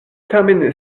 tamen